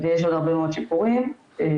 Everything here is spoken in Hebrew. ויש עוד הרבה מאוד שיפורים נקודתיים,